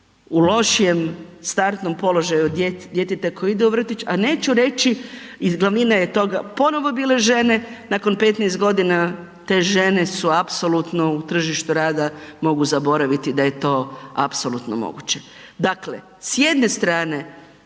u lošijem startnom položaju od djeteta koje ide u vrtić, a neću reći i glavnina je toga, ponovo bile žene, nakon 15 godina te žene su apsolutno u tržište rada mogu zaboraviti da je to apsolutno moguće. Dakle, s jedne strane